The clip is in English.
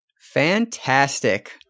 Fantastic